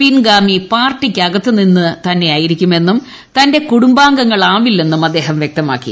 പിൻഗാമി പാർട്ടിയ്ക്കകത്ത് നിന്നുതന്നെയായിരിക്കുമെന്നും തന്റെ കുടുംബാംഗങ്ങൾ ആവില്ലെന്നും അദ്ദേഹം വൃക്തമാക്കി